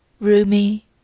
roomy